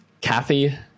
Kathy